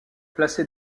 placée